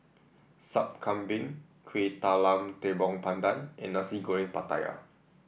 Sup Kambing Kuih Talam Tepong Pandan and Nasi Goreng Pattaya